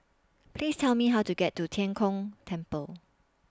Please Tell Me How to get to Tian Kong Temple